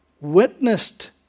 witnessed